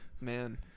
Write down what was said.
man